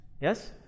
Yes